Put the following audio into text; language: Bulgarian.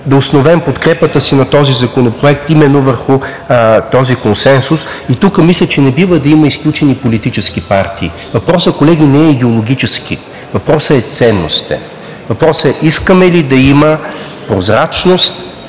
да основем подкрепата си на този законопроект именно върху този консенсус. И тук мисля, че не бива да има изключени политически партии. Въпросът, колеги, не е идеологически. Въпросът е ценностен. Въпросът е: искаме ли да има прозрачност,